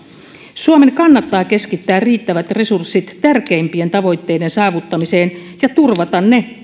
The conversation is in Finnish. suomen kannattaa keskittää riittävät resurssit tärkeimpien tavoitteiden saavuttamiseen ja turvata ne